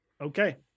okay